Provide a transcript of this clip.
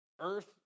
earth